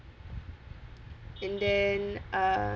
and then err